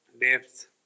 depth